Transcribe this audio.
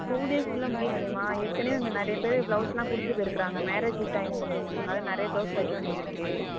two டேஸ்க்குள்ளே முடியாதேம்மா ஏற்கனவே இங்கே நிறைய பேர் ப்ளவுஸ்லாம் கொடுத்துட்டு போயிருக்குறாங்க மேரேஜு டைம் அப்படிங்கிறதுனால நிறைய ப்ளவுஸ் தைக்க வேண்டியதிருக்கு